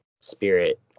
spirit